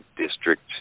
district